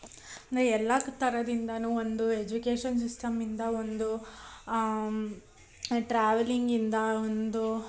ಅಂದರೆ ಎಲ್ಲ ಥರದಿಂದನೂ ಒಂದು ಎಜುಕೇಷನ್ ಸಿಸ್ಟಮಿಂದ ಒಂದು ಟ್ರಾವೆಲಿಂಗಿಂದ ಒಂದು